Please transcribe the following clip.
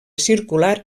circular